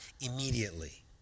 immediately